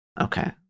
Okay